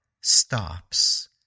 stops